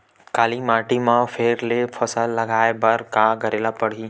काली माटी म फेर ले फसल उगाए बर का करेला लगही?